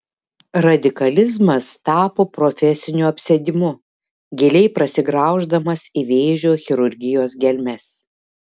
radikalizmas tapo profesiniu apsėdimu giliai prasigrauždamas į vėžio chirurgijos gelmes